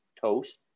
toast